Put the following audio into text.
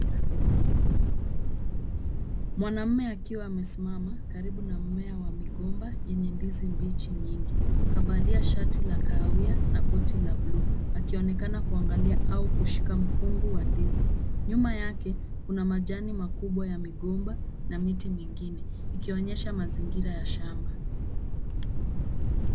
Mwanamume akiwa amesimama karibu na mmea wa migomba yenye ndizi mbichi nyingi. Kavalia shati la kahawia na koti la buluu, akionekana kuangalia au kushika mkungu wa ndizi. Nyuma yake, kuna majani makubwa ya migomba na miti mingine, ikionyesha mazingira ya shamba.